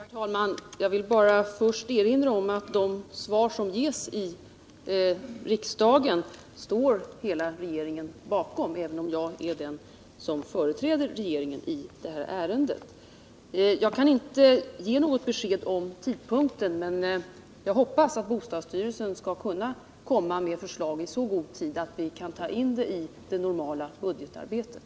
Herr talman! Jag vill bara först erinra om att regeringen står bakom de frågesvar som ges i riksdagen. Det gäller alltså även i det här ärendet, där jag företräder regeringen. Jag kan inte ge något besked om den efterfrågade tidpunkten, men jag hoppas att bostadsstyrelsen skall kunna lägga fram förslag i så god tid att vi kan ta in denna fråga i det normala budgetarbetet.